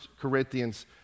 Corinthians